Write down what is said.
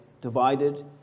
divided